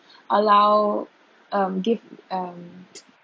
allow um give um